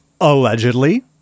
Allegedly